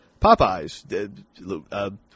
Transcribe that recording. Popeyes